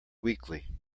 weakly